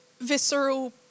visceral